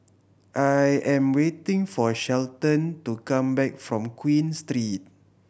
I am waiting for Shelton to come back from Queen Street